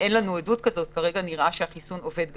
כרגע אין לנו עדות לכך ונראה שהחיסון כן עובד עליה,